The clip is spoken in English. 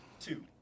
Two